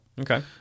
Okay